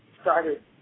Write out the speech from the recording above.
started